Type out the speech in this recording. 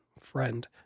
friend